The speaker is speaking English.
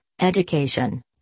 education